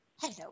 Hello